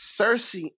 Cersei